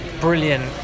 brilliant